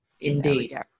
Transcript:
Indeed